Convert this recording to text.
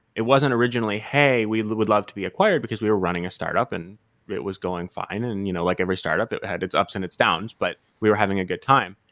it wasn't originally, hey, we would love to be acquired, because we were running a startup and it was going fine, and and you know like every startup, it had its ups and its downs, but we were having a good time.